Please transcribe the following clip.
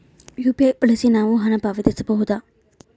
UPI ಬಳಸಿ ನಾವು ಹಣ ಪಾವತಿಸಬಹುದಾ?